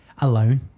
Alone